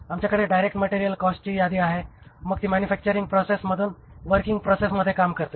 आमच्याकडे direct material कॉस्टची यादी आहे मग ती मॅनुफॅक्टरिंग प्रोसेस मधून वर्कींग प्रोसेस मध्ये काम करते